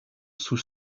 sous